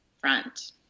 front